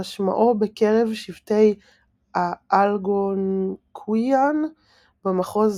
שמשמעו בקרב שבטי האלגונקוויאן במחוז